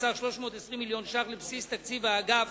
בסך 320 מיליון ש"ח לבסיס תקציב האגף